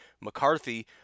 McCarthy